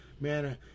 man